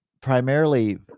primarily